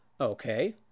Okay